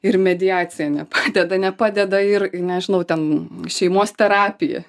ir mediacija nepadeda nepadeda ir nežinau ten šeimos terapija